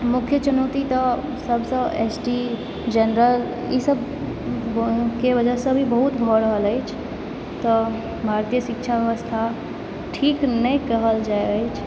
मुख्य चुनौती तऽ सभसँ एस टी जेनरल ईसभके वजहसँ भी बहुत भऽ रहल अछि तऽ भारतीय शिक्षा व्यवस्था ठीक नहि कहल जाइत अछि